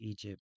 Egypt